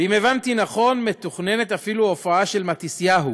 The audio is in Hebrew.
ואם הבנתי נכון, מתוכננת אפילו הופעה של מתיסיהו.